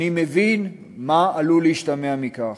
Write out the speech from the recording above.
אני מבין מה עלול להשתמע מכך,